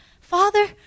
Father